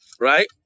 right